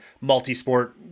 multi-sport